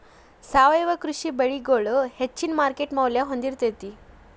ಸಾವಯವ ಕೃಷಿ ಬೆಳಿಗೊಳ ಹೆಚ್ಚಿನ ಮಾರ್ಕೇಟ್ ಮೌಲ್ಯ ಹೊಂದಿರತೈತಿ